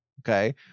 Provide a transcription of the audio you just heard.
Okay